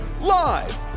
Live